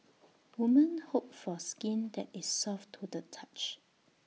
women hope for skin that is soft to the touch